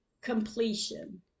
completion